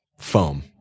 foam